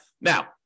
Now